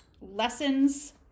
Lessons